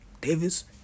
Davis